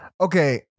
Okay